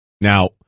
Now